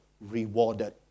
rewarded